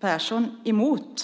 Persson emot.